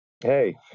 hey